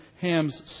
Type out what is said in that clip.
Ham's